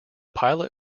pilot